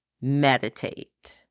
meditate